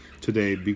today